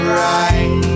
right